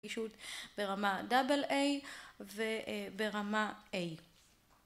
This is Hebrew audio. נגישות ברמה AA וברמה A.